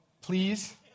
Please